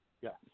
Yes